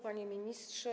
Panie Ministrze!